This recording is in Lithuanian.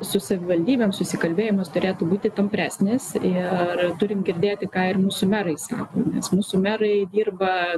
su savivaldybėm susikalbėjimas turėtų būti tampresnis ir turim girdėti ką ir mūsų merai sako nes mūsų merai dirba